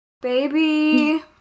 baby